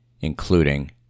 including